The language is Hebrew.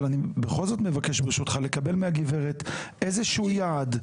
אני בכל זאת מבקש לקבל מהגברת איזשהו יעד.